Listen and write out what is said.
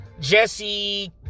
Jesse